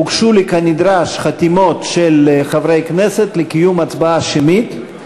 הוגשו לי כנדרש חתימות של חברי כנסת לקיום הצבעה שמית,